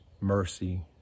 mercy